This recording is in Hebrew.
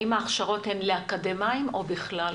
האם ההכשרות הן לאקדמאים או בכלל?